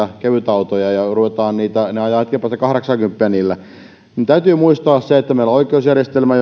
kevytautoja ja nuoret ajavat hetken päästä kahdeksaakymppiä niillä täytyy muistaa se että meillä on oikeusjärjestelmä